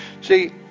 See